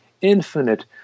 infinite